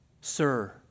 Sir